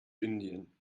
indien